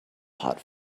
hot